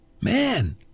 Man